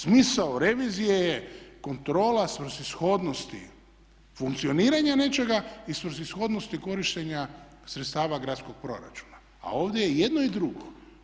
Smisao revizije je kontrola svrsishodnosti funkcioniranja nečega i svrsishodnosti korištenja sredstava gradskog proračuna, a ovdje je i jedno i drugo.